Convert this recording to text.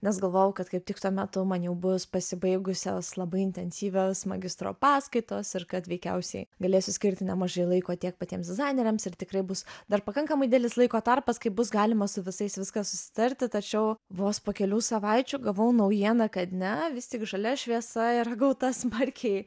nes galvojau kad kaip tik tuo metu man jau bus pasibaigusios labai intensyvios magistro paskaitos ir kad veikiausiai galėsiu skirti nemažai laiko tiek patiems dizaineriams ir tikrai bus dar pakankamai didelis laiko tarpas kai bus galima su visais viską susitarti tačiau vos po kelių savaičių gavau naujieną kad ne vis tik žalia šviesa yra gauta smarkiai